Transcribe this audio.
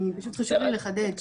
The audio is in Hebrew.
חשוב לי לחדד.